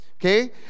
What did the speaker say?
Okay